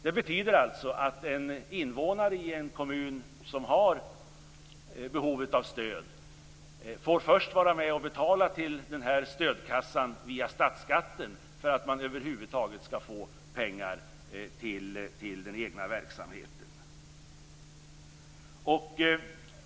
Det betyder alltså att en invånare i en kommun som har behov av stöd först får vara med och betala till stödkassan via statsskatten för att man över huvud taget skall få pengar till den egna verksamheten.